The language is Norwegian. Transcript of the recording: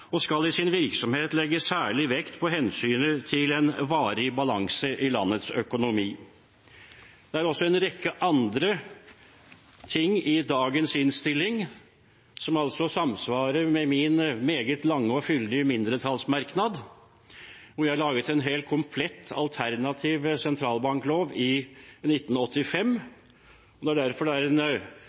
og skal i sin virksomhet legge særlig vekt på hensynet til en varig balanse i landets økonomi.» Det er også en rekke andre ting i dagens innstilling som samsvarer med min meget lange og fyldige mindretallsmerknad – jeg laget en helt komplett alternativ sentralbanklov i 1985. Det er derfor